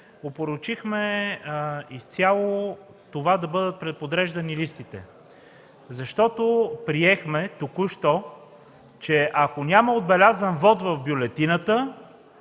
опорочихме изцяло това да бъдат преподреждани листите, защото току-що приехме, че ако няма отбелязан вот в бюлетината,